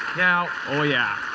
now oh, yeah.